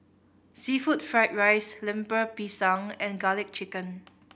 seafood fried rice Lemper Pisang and Garlic Chicken